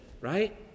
right